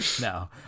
no